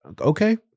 okay